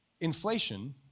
Inflation